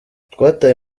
twataye